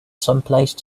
someplace